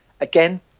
again